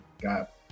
got